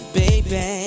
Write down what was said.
baby